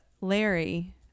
Larry